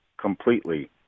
completely